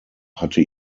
hatte